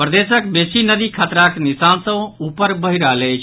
प्रदेशक बेसी नदी खतराक निशान सँ ऊपर बहि रहल अछि